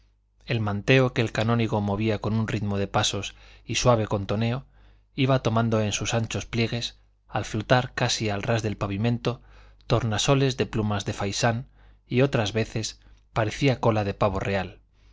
el manteo que el canónigo movía con un ritmo de pasos y suave contoneo iba tomando en sus anchos pliegues al flotar casi al ras del pavimento tornasoles de plumas de faisán y otras veces parecía cola de pavo real